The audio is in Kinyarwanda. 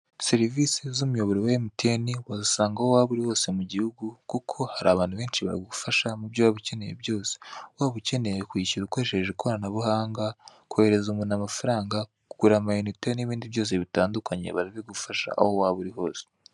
Serivisi z'umuyoboro wa MTN wazisanga aho waba uri hose mu gihugu kuko hari abantu benshi bagufasha mu byo waba ukeneye byose, waba ukeneye kwishyura ukoresheje ikoranabuhanga, kohereza umuntu amafaranga kugurama amayinite n'ibindi byose bitandukanye barabigufasha aho waba uri hose.